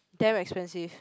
damn expensive